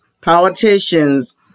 politicians